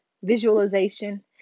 visualization